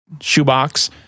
shoebox